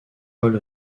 paul